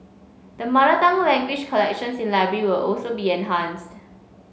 the mother tongue language collections in library will also be enhanced